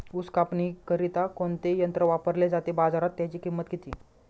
ऊस कापणीकरिता कोणते यंत्र वापरले जाते? बाजारात त्याची किंमत किती?